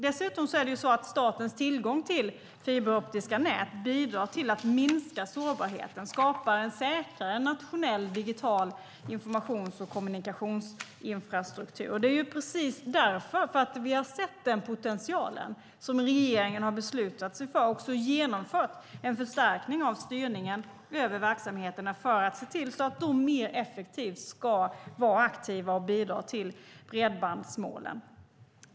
Dessutom är det så att statens tillgång till fiberoptiska nät bidrar till att minska sårbarheten och att skapa en säkrare nationell digital informations och kommunikationsinfrastruktur. Det är ju precis därför, för att vi har sett den potentialen, som regeringen har beslutat sig för att genomföra, och också har genomfört, en förstärkning av styrningen över verksamheterna för att se till att de mer effektivt ska vara aktiva och bidra till bredbandsmålen.